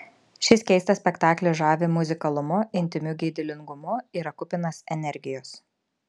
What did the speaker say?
šis keistas spektaklis žavi muzikalumu intymiu geidulingumu yra kupinas energijos